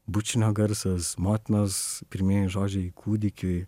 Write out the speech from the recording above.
bučinio garsas motinos pirmieji žodžiai kūdikiui